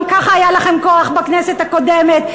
גם ככה היה לכם כוח בכנסת הקודמת.